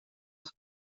het